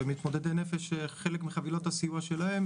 מתמודדי נפש, חלק מחבילות הסיוע שלהם,